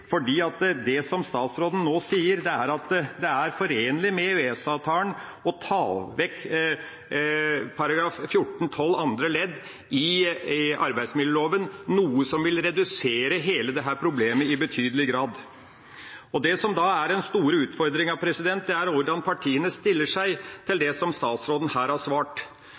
at det er forenlig med EØS-avtalen å ta vekk § 14-12 andre ledd i arbeidsmiljøloven, noe som vil redusere hele dette problemet i betydelig grad. Det som da er den store utfordringa, er hvordan partiene stiller seg til det som statsråden her har svart.